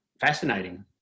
fascinating